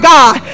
God